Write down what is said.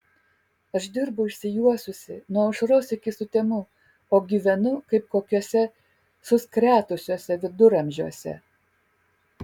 aš dirbu išsijuosusi nuo aušros iki sutemų o gyvenu kaip kokiuose suskretusiuose viduramžiuose